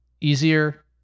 easier